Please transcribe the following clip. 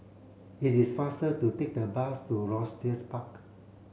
it is faster to take the bus to Rochester Park